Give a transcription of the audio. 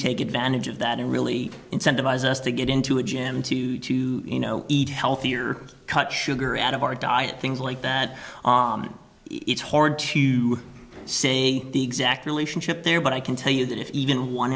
take advantage of that and really incentivize us to get into a gym to you know eat healthier cut sugar out of our diet things like that it's hard to say the exact relationship there but i can tell you that if even one